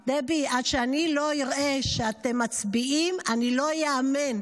דבי, עד שאני לא אראה שאתם מצביעים, אני לא אאמין.